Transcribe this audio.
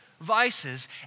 vices